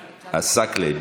עסאקלה.